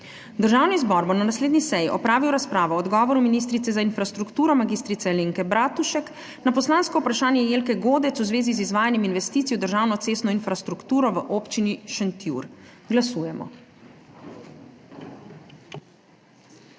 Državni zbor bo na naslednji seji opravil razpravo o odgovoru ministrice za infrastrukturo mag. Alenke Bratušek na poslansko vprašanje Jelke Godec v zvezi z izvajanjem investicij v državno cestno infrastrukturo v Občini Šentjur. Glasujemo.